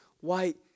white